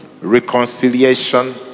reconciliation